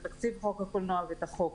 את תקציב חוק הקולנוע ואת החוק.